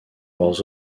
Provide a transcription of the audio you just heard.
leurs